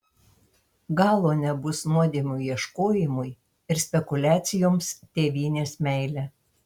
galo nebus nuodėmių ieškojimui ir spekuliacijoms tėvynės meile